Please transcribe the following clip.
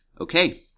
Okay